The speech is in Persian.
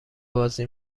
بازی